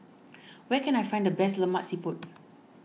where can I find the best Lemak Siput